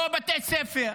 לא בבתי ספר,